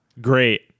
Great